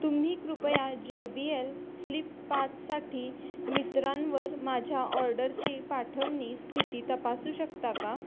तुम्ही कृपया J B L flip पाचसाठी मित्रांवर माझ्या ऑर्डरची पाठवणी स्थिती तपासू शकता का